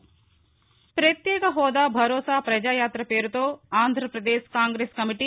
పత్యేక హాదా భరోసా పజాయాత పేరుతో ఆంధ్రపదేశ్ కాంగ్రెస్ కమిటీ